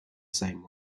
same